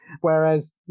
whereas